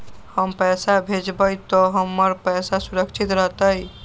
हम पैसा भेजबई तो हमर पैसा सुरक्षित रहतई?